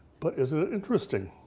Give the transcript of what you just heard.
but isn't it interesting?